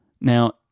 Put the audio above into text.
Now